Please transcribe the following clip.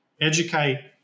educate